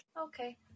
Okay